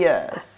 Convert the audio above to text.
Yes